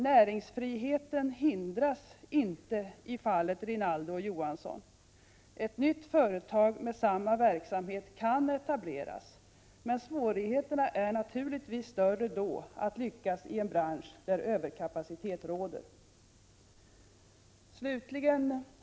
Näringsfriheten hindras inte i fallet Rinaldo & Johansson. Ett nytt företag med samma verksamhet kan etableras, men svårigheterna att lyckas är naturligtvis större i en bransch där överkapacitet råder. Herr talman!